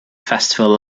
festival